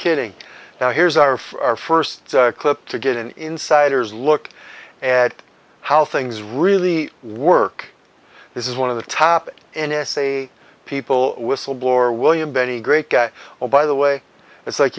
kidding now here's our for our first clip to get an insider's look at how things really work this is one of the top n s a people whistleblower william berry great guy or by the way it's like